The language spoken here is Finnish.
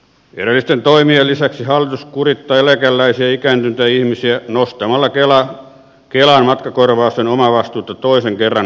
edellisten toimien lisäksi hallitus kurittaa eläkeläisiä ja ikääntyneitä ihmisiä nostamalla kelan matkakorvausten omavastuuta toisen kerran peräkkäin